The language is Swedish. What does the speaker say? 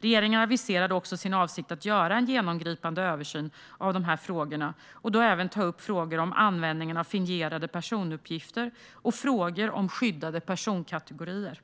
Regeringen aviserade också sin avsikt att göra en genomgripande översyn av dessa frågor och då även ta upp frågor om användningen av fingerade personuppgifter och frågor om skyddade personkategorier.